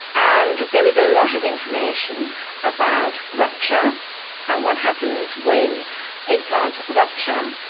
and there is a lot of information about rupture and what happens when implants rupture,